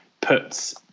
puts